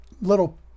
little